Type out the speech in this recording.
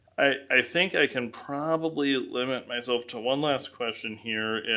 i think i can probably limit myself to one last question here.